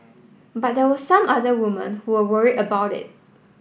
but there were some other women who were worried about it